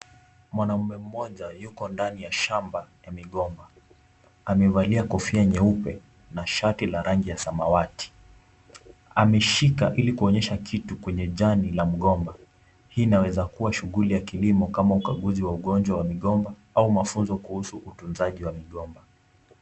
Mwanaume mmoja yuko ndani ya shamba ya migomba, amevalia kofia nyeupe na shati la rangi ya samawati. Ameshika ili kuonyesha kitu kwenye jani ya mgomba. Hii inaweza kuwa shughuli ya kilimo kama ukaguzi wa ugonjwa wa migomba au mafunzo kuhusu utunzaji wa migomba.